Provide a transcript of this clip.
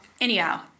Anyhow